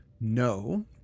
No